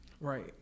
Right